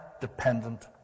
dependent